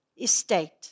estate